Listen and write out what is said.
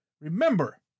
Remember